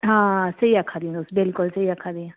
हां स्हेई आक्खां दियां तुस बिलकुल स्हेई आक्खा दियां